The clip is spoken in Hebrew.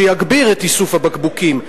שיגביר את איסוף הבקבוקים,